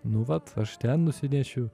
nu vat aš ten nusinešiu